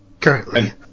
Currently